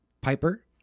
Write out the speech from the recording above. Piper